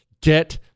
Get